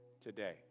today